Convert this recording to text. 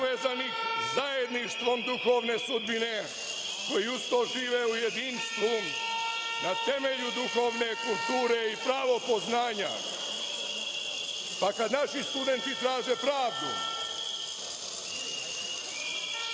povezanih zajedništvom duhovne sudbine koji uz to žive u jedinstvu na temelju duhovne kulture i pravopoznanja, pa kad naši studenti traže pravdu